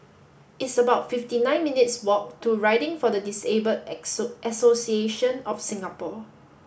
it's about fifty nine minutes' walk to Riding for the Disabled Association of Singapore